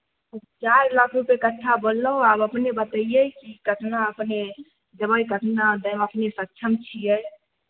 तऽ चारि लाख रुपे कट्ठा बोल्लौं आब अपने बतइयै कि कतना अपने देबै कतना दैमे अखनी सक्षम छियै